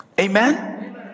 Amen